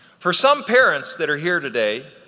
for some parents that are here today,